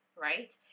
right